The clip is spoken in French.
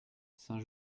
saint